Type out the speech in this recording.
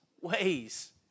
ways